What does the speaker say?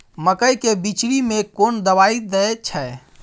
मकई के बिचरी में कोन दवाई दे छै?